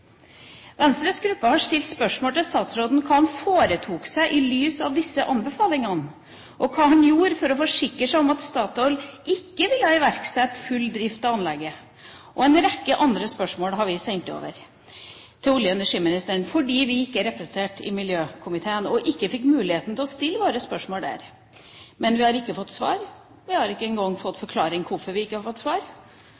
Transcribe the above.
Venstres gruppe har stilt spørsmål til statsråden om hva han foretok seg i lys av disse anbefalingene, og hva han gjorde for å forsikre seg om at Statoil ikke ville iverksette full drift av anlegget. Vi har også sendt over en rekke andre spørsmål til olje- og energiministeren fordi vi ikke er representert i miljøkomiteen, og ikke fikk mulighet til å stille våre spørsmål der. Men vi har ikke fått svar, vi har ikke engang fått